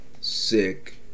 sick